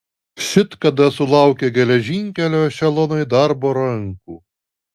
šit kada sulaukė geležinkelio ešelonai darbo rankų